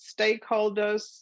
stakeholders